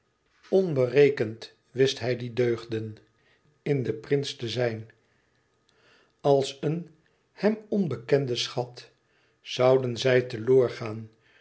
onberekend wist hij die deugden in den prins te zijn als een hem onbekende schat zouden zij